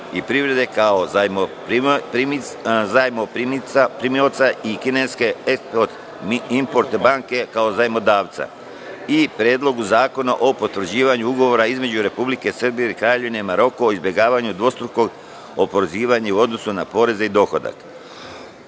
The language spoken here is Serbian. i privrede kao Zajmoprimaoca i kineske Eskport-import banke, kao Zajmodavca i Predlogu zakona o potvrđivanju Ugovora između Republike Srbije i Kraljevine Maroko o izbegavanju dvostrukog oporezivanja u odnosu na poreze na dohodak. Da